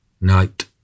night